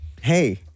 hey